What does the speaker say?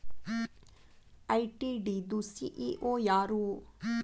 ITD ದು CEO ಯಾರು?